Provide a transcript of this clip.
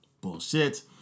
Bullshit